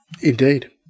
Indeed